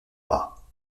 bas